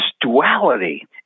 duality